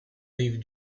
rives